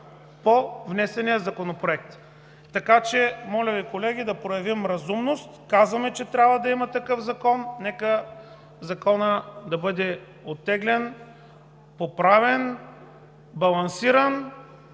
по внесения Законопроект. Моля Ви, колеги, нека да проявим разумност! Казваме, че трябва да има такъв закон, нека Законът да бъде оттеглен, поправен, балансиран,